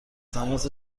تماس